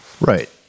Right